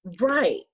Right